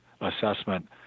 assessment